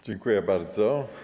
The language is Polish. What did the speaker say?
Dziękuję bardzo.